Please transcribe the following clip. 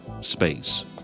space